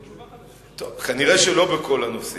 טוב, כנראה לא בכל הנושאים.